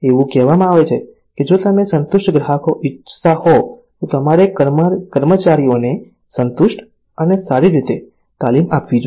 એવું કહેવામાં આવે છે કે જો તમે સંતુષ્ટ ગ્રાહકો ઇચ્છતા હો તો તમારે તમારા કર્મચારીઓને સંતુષ્ટ અને સારી રીતે તાલીમ આપવી જોઈએ